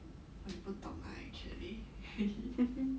我不懂 lah actually